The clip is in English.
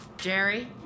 Jerry